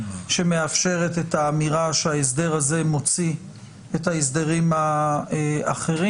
שמאפשרת את האמירה שההסדר הזה מוציא את ההסדרים האחרים.